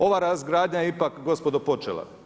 Ova razgradnja ipak gospodo počela.